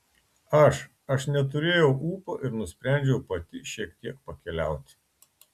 aš aš neturėjau ūpo ir nusprendžiau pati šiek tiek pakeliauti